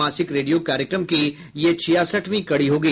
मासिक रेडियो कार्यक्रम की यह छियासठवीं कड़ी होगी